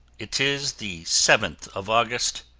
it is the seventh of august,